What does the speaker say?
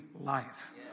life